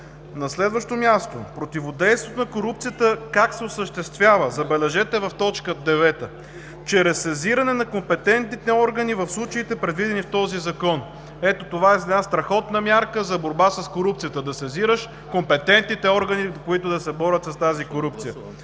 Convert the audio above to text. На следващо място, противодействието на корупцията как се осъществява? Забележете – в т. 9, че чрез сезиране на компетентните органи в случаите, предвидени в този Закон. Ето това е една страхотна мярка за борба с корупцията – да сезираш компетентните органи, които да се борят с тази корупция.